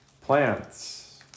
plants